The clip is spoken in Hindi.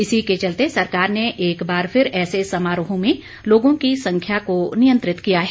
इसी के चलते सरकार ने एक बार फिर ऐसे समारोह में लोगों की संख्या को नियंत्रित किया है